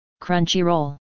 Crunchyroll